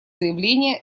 заявления